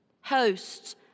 Hosts